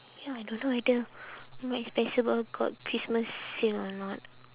ya I don't know whether mark and spencer got christmas sale or not